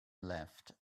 left